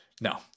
No